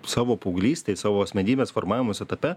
savo paauglystėj savo asmenybės formavimosi etape